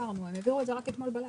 הם העבירו את זה רק אתמול בלילה.